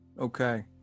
okay